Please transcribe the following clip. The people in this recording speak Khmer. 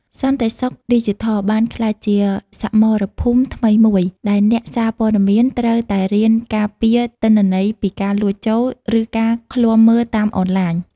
សន្តិសុខឌីជីថលបានក្លាយជាសមរភូមិថ្មីមួយ ដែលអ្នកសារព័ត៌មានត្រូវតែរៀនការពារទិន្នន័យពីការលួចចូល ឬការឃ្លាំមើលតាមអនឡាញ។